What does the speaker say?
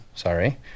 sorry